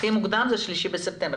הכי מוקדם ב-3 בספטמבר.